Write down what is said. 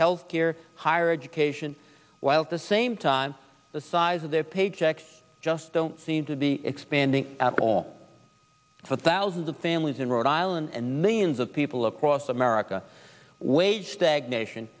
health care higher education while at the same time the size of their paychecks just don't seem to be expanding apple for thousands of families in rhode island and millions of people across america wage stagnation